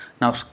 Now